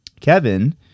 Kevin